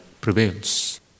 prevails